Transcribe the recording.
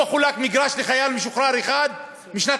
לא חולק מגרש לחייל משוחרר אחד משנת